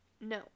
no